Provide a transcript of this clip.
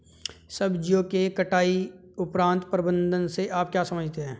सब्जियों के कटाई उपरांत प्रबंधन से आप क्या समझते हैं?